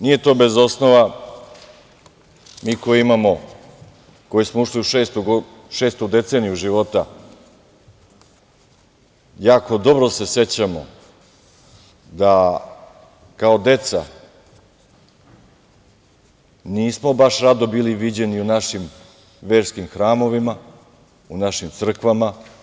Nije to bez osnova, mi koji smo ušli u šestu deceniju života jako dobro se sećamo da kao deca nismo baš rado bili viđeni u našim verskim hramovima, u našim crkvama.